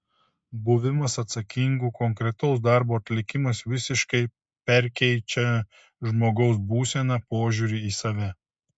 buvimas atsakingu konkretaus darbo atlikimas visiškai perkeičią žmogaus būseną požiūrį į save